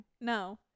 No